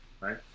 right